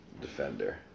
defender